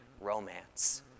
romance